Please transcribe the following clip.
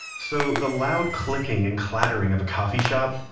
so, the loud clicking and clattering of a coffee shop,